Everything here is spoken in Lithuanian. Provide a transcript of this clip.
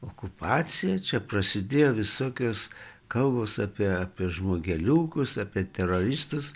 okupacija čia prasidėjo visokios kalbos apie apie žmogeliukus apie teroristus